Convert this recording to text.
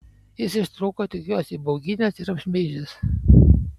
jis ištrūko tik juos įbauginęs ir apšmeižęs